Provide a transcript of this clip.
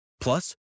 Plus